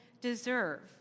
deserve